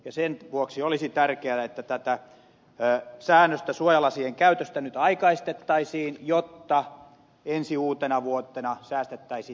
sen vuoksi olisi tärkeää että tätä säännöstä suojalasien käytöstä nyt aikaistettaisiin jotta ensi uutenavuotena säästettäisiin muutamat silmät